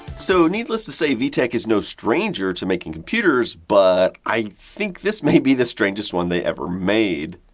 so, needless to say v-tech is no stranger to making computers. but, i think this may be the strangest one they ever made.